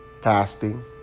fasting